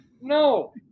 no